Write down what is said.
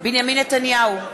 בנימין נתניהו,